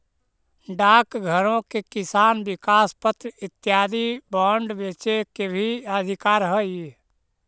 डाकघरो के किसान विकास पत्र इत्यादि बांड बेचे के भी अधिकार हइ